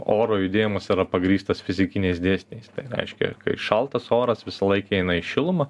oro judėjimas yra pagrįstas fizikiniais dėsniais tai reiškia kai šaltas oras visą laiką eina į šilumą